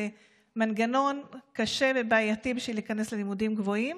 זה מנגנון קשה ובעייתי בשביל להיכנס ללימודים גבוהים